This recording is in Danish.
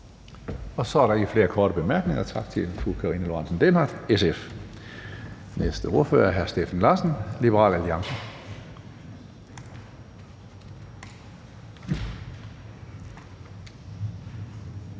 godt, at der ikke flere korte bemærkninger. Tak til fru Karina Lorentzen Dehnhardt, SF. Næste ordfører er hr. Ole Birk Olesen, Liberal Alliance.